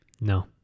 No